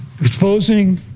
exposing